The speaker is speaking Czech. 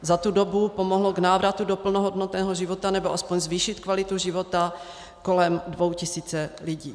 Za tu dobu pomohlo k návratu do plnohodnotného života, nebo alespoň zvýšit kvalitu života, kolem dvou tisícům lidí.